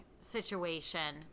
situation